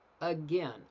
Again